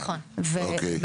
אנחנו